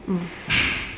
mm